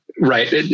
right